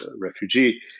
refugee